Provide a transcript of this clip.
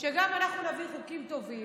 גם אנחנו נביא חוקים טובים.